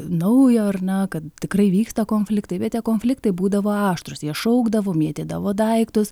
naujo ar na kad tikrai vyksta konfliktai bet tie konfliktai būdavo aštrūs jie šaukdavo mėtydavo daiktus